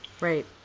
Right